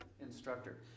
instructor